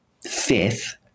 fifth